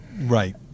Right